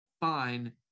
fine